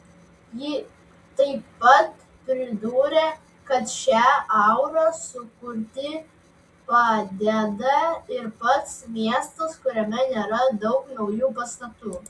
ji taip pat pridūrė kad šią aurą sukurti padeda ir pats miestas kuriame nėra daug naujų pastatų